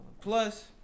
Plus